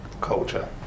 Culture